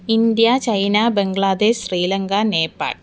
India China Bangladesh Sri Lanka Nepal